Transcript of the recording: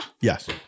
Yes